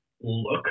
look